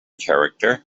character